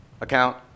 account